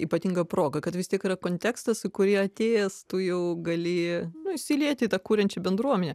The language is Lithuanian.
ypatinga proga kad vis tiek yra kontekstas į kurį atėjęs tu jau gali nu įsiliet į tą kuriančią bendruomenę